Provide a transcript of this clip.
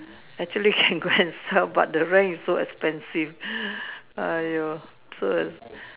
actually can go and sell but the rent is so expensive !aiyo! so as